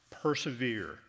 Persevere